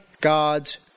God's